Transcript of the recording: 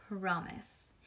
promise